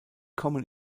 kommen